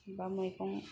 बा मैगं